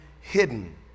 hidden